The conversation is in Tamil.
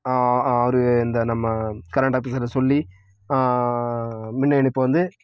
அவர் இந்த நம்ம கரண்ட் ஆஃபீஸர்கிட்ட சொல்லி மின் இணைப்பை வந்து